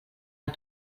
amb